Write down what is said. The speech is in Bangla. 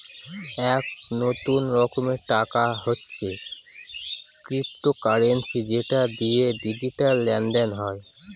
এক নতুন রকমের টাকা হচ্ছে ক্রিপ্টোকারেন্সি যেটা দিয়ে ডিজিটাল লেনদেন হয়